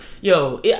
yo